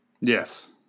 Yes